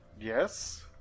Yes